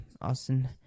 Austin